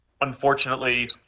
unfortunately